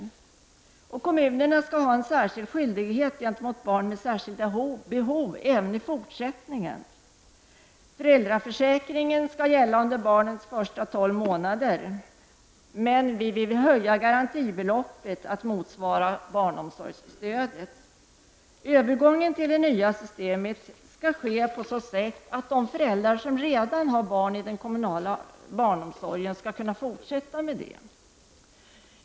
Kommunerna skall även i fortsättningen ha en särskild skyldighet gentemot barn med särskilda behov. Föräldraförsäkringen skall gälla under barnets första tolv månader. Men vi vill höja garantibeloppet så att det motsvarar barnomsorgsstödet. Övergången till det nya systemet skall ske på så sätt att de föräldrar som redan har barn i den kommunala barnomsorgen skall kunna fortsätta med detta.